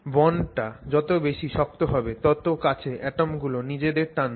বন্ডটা যত বেশি শক্ত হবে তত কাছে অ্যাটম গুলো নিজেদের টানবে